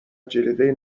جلیقه